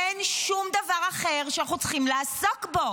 אין שום דבר אחר שאנחנו צריכים לעסוק בו,